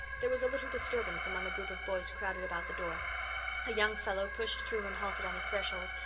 there was a little disturbance among a group of boys crowded about the door a young fellow pushed through and halted on the threshold,